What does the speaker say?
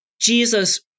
Jesus